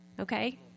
Okay